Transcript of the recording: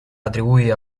atribuye